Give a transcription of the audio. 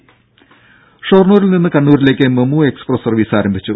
ദ്ദേ ഷൊർണ്ണൂരിൽ നിന്ന് കണ്ണൂരിലേക്ക് മെമു എക്സ്പ്രസ് സർവ്വീസ് ആരംഭിച്ചു